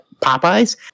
Popeyes